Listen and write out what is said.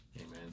amen